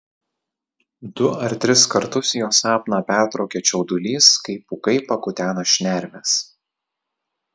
du ar tris kartus jo sapną pertraukia čiaudulys kai pūkai pakutena šnerves